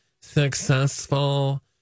successful